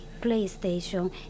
PlayStation